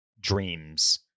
dreams